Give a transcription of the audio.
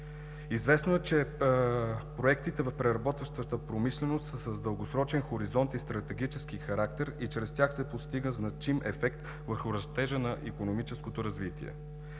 Известно е, че проектите в преработващата промишленост са с дългосрочен хоризонт и стратегически характер и чрез тях се постига значим ефект върху растежа на икономическото развитие.